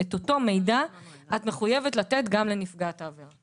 את אותו מידע את מחויבת לתת גם לנפגעת העבירה.